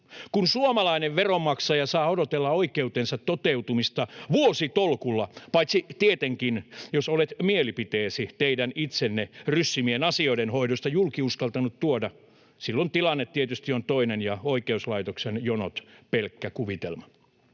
kun suomalainen veronmaksaja saa odotella oikeutensa toteutumista vuositolkulla. Paitsi tietenkin, jos olet mielipiteesi teidän itsenne ryssimien asioiden hoidosta julki uskaltanut tuoda, silloin tilanne tietysti on toinen ja oikeuslaitoksen jonot pelkkä kuvitelma.